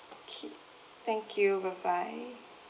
okay thank you bye bye